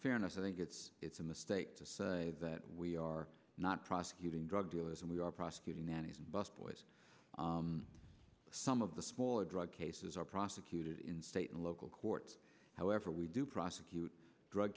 fairness i think it's it's a mistake to say we are not prosecuting drug dealers and we are prosecuting managers busboys some of the smaller drug cases are prosecuted in state and local courts however we do prosecute drug